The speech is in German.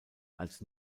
als